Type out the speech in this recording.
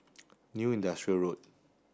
New Industrial Road